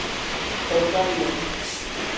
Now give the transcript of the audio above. अजुका लिए